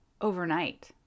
overnight